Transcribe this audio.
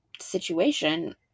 situation